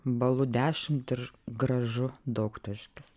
balu dešimt ir gražu daugtaškis